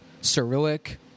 Cyrillic